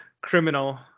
Criminal